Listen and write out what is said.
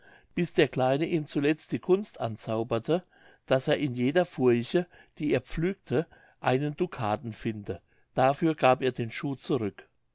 bis der kleine ihm zuletzt die kunst anzauberte daß er in jeder furche die er pflügte einen ducaten finde dafür gab er den schuh zurück